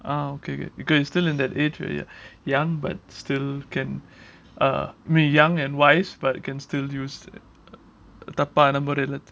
ah okay okay because you are still in that age where you are young but still can uh I mean young and wise but can still used தப்பா:thappaa